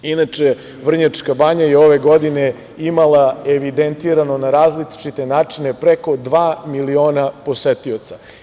Inače, Vrnjačka banja je ove godine imala evidentirano na različite načine preko dva miliona posetioca.